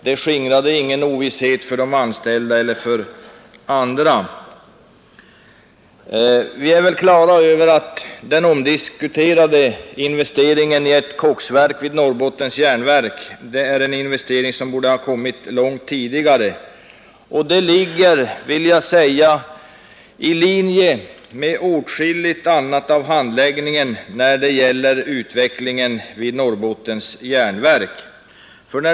Det skingrade ingen ovisshet för de anställda eller andra. Vi är på det klara med att den omdiskuterade investeringen i ett koksverk vid Norrbottens Järnverk är en investering som borde ha kommit långt tidigare. Denna handläggning ligger i linje med åtskilligt annat när det gäller utvecklingen vid Norrbottens Järnverk.